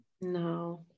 No